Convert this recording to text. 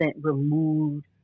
removed